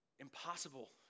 Impossible